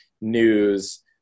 news